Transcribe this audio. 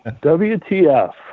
wtf